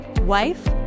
wife